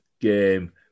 game